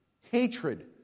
hatred